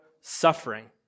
suffering